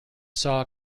saw